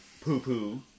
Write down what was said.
poo-poo